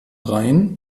rhein